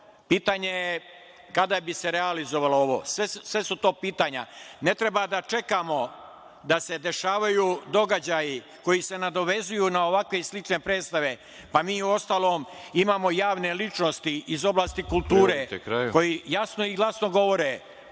pitanje je kada bi se realizovalo ovo. Sve su to pitanja. Ne treba da čekamo da se dešavaju događaji koji se nadovezuju na ovakve i slične predstave. Uostalom, mi imamo javne ličnosti iz oblasti kulture koji jasno i glasno govore